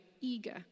eager